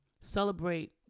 Celebrate